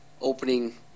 Opening